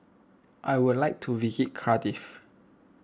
I would like to visit Cardiff